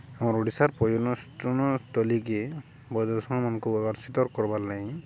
ଆମର୍ ଓଡ଼ିଶାର ପର୍ଯ୍ୟଟନସ୍ଥଳୀକେ ବୈଦଶକମାନଙ୍କୁ ଆକର୍ଷିତ କର୍ବାର ଲାଗି